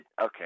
Okay